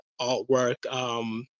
artwork